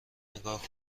نگاه